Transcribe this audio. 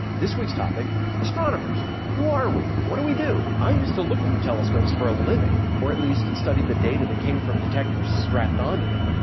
this week's topic astronomers! who are we? what do we do? i used to look through telescopes for a living, or at least study the data that came from detectors strapped onto them.